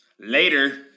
Later